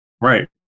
Right